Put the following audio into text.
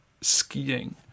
skiing